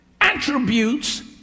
attributes